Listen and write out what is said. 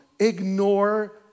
Ignore